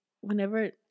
Whenever